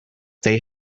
they